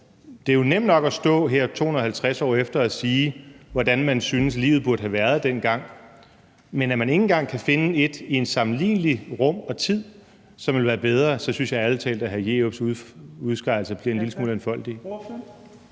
Det er jo nemt nok at stå her 250 år efter og sige, hvordan man synes livet burde have været dengang, men når man ikke engang kan finde et sted i sammenlignelig rum og tid, som ville være bedre, så synes jeg ærlig talt, at hr. Bruno Jerups udskejelser bliver en lille smule enfoldige.